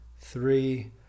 three